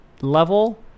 level